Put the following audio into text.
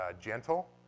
gentle